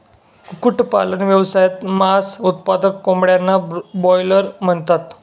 कुक्कुटपालन व्यवसायात, मांस उत्पादक कोंबड्यांना ब्रॉयलर म्हणतात